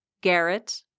Garrett